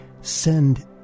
send